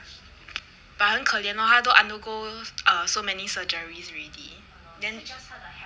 but 很可怜 lor 她都 undergo err so many surgeries already